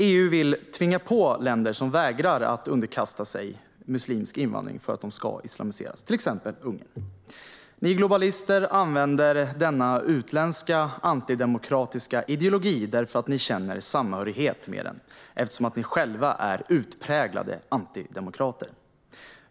EU vill tvinga på länder som vägrar att underkasta sig muslimsk invandring för att de ska islamiseras. Det gäller till exempel Ungern. Ni globalister använder denna utländska antidemokratiska ideologi därför att ni känner samhörighet med den, eftersom ni själva är utpräglade antidemokrater.